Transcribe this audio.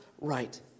right